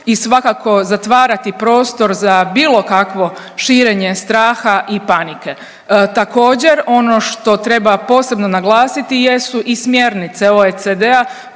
i svakako zatvarati prostor za bilo kakvo širenje straha i panike. Također ono što treba posebno naglasiti jesu i smjernice OECD-a